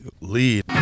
lead